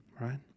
right